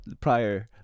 prior